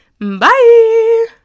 Bye